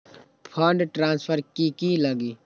Fund transfer कि की लगी?